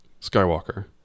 Skywalker